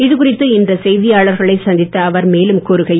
இது குறித்து இன்று செய்தியாளர்களை சந்தித்த அவர் மேலும் கூறுகையில்